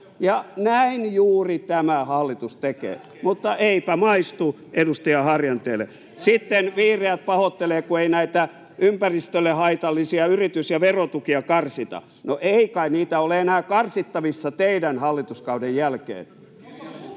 näin juuri tämä hallitus tekee, mutta eipä maistu edustaja Harjanteelle. Sitten vihreät pahoittelevat, kun ei näitä ympäristölle haitallisia yritys- ja verotukia karsita. No ei kai niitä ole enää karsittavissa teidän hallituskauden jälkeen.